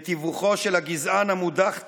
בתיווכו של הגזען המודח טראמפ,